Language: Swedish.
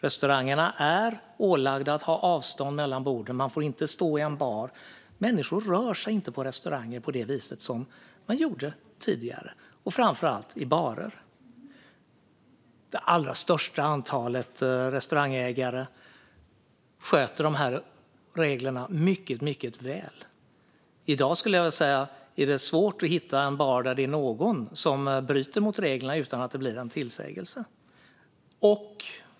Restaurangerna är ålagda att ha avstånd mellan borden. Man får inte stå i en bar. Människor rör sig inte på restauranger på det vis de gjorde tidigare, särskilt inte i barer. De allra flesta restaurangägare sköter efterlevnaden av reglerna mycket väl. Jag skulle vilja säga att det i dag är svårt att hitta en bar där någon bryter mot reglerna utan att det blir en tillsägelse.